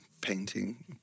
painting